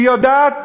היא יודעת?